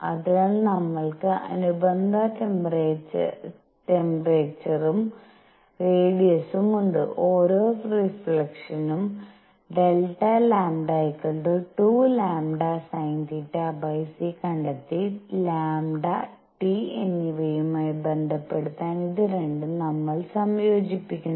അതിനാൽ നമ്മൾക്ക് അനുബന്ധ ട്ടെമ്പേറെചർയും റേഡിസും ഉണ്ട് ഓരോ റീഫ്ലക്ഷനും Δ λ 2λvsinθ c കണ്ടെത്തി λ T എന്നിവയുമായി ബന്ധപ്പെടുത്താൻ ഇതു രണ്ടും നമ്മൾ സംയോജിപ്പിക്കുന്നു